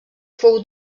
fou